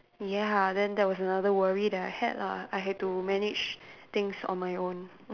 ya then that was another worry that I had lah I had to manage things on my own